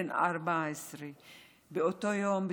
בן 14. באותו יום,